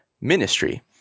ministry